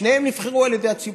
שניהם נבחרו על ידי הציבור.